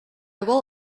will